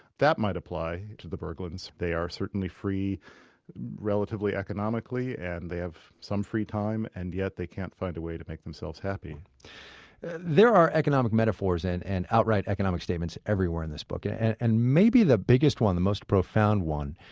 that might apply to the berglunds, they are certainly free relatively, economically and they have some free time, and yet they can't find a way to make themselves happy there are economic metaphors and outright economic statements everywhere in this book. and and maybe the biggest one, the most profound one,